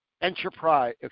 enterprise